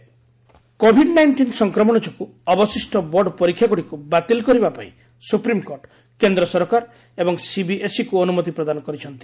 SC CBSE covid nineteen ସଂକ୍ରମଣ ଯୋଗୁଁ ଅବଶିଷ୍ଟ ବୋର୍ଡ୍ ପରୀକ୍ଷାଗୁଡ଼ିକୁ ବାତିଲ କରିବା ପାଇଁ ସୁପ୍ରିମ୍କୋର୍ଟ କେନ୍ଦ୍ର ସରକାର ଏବଂ ସିବିଏସ୍ଇକୁ ଅନୁମତି ପ୍ରଦାନ କରିଛନ୍ତି